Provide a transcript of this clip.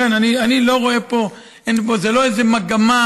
לכן אני לא רואה פה זו לא איזו מגמה,